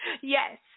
Yes